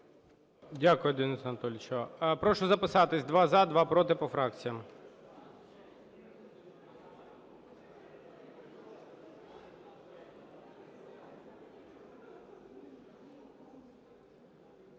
Дякую, Денисе Анатолійовичу. Прошу записатися: два – за, два – проти по фракціях.